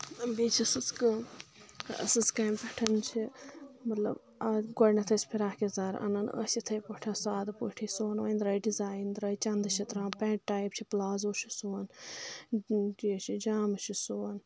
بیٚیہِ چھِ سٕژ کٲم أسٕژ کامہِ پؠٹھ چھِ مطلب آز گۄڈٕنؠتھ ٲسۍ پھِراکیَزار اَنَان أسۍ یِتھَے پٲٹھہِ سادٕ پٲٹھہِ سُوان وۄنۍ درٛاہیہِ ڈِزایِن درٛایہِ چندٕ چھِ ترٛاوان پؠنٛٹ ٹایپ چھِ پٕلازو چھِ سُوان یہِ چھِ جامہٕ چھِ سُوان